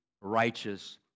righteous